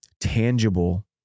tangible